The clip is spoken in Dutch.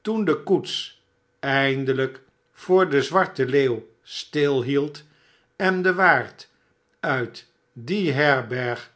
toen de koets eindelijk voor de zwarte leeuw stilhield en de waard uit die herberg